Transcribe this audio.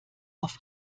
auf